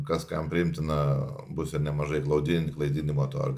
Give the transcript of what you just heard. kas kam priimtina bus ir nemažai klaidin klaidinimo to